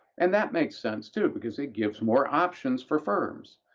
and that makes sense too because it gives more options for firms,